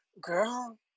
girl